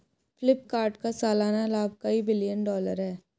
फ्लिपकार्ट का सालाना लाभ कई बिलियन डॉलर है